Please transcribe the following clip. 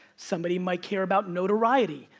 somebody might care about notoriety.